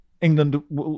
England